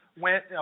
went